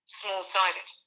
small-sided